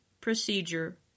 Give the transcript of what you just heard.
procedure